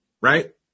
right